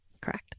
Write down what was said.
Correct